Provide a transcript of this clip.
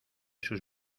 sus